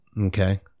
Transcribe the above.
Okay